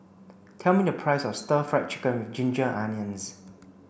tell me the price of stir fry chicken with ginger onions